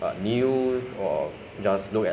just after I eat the dinner then